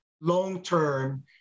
long-term